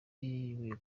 w’iyo